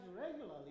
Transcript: regularly